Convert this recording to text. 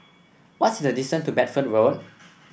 what's the distance to Bedford Road